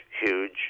huge